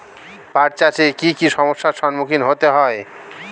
পাঠ চাষে কী কী সমস্যার সম্মুখীন হতে হয়?